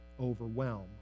overwhelm